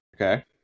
okay